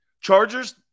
Chargers